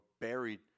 buried